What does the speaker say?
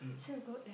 cause I got like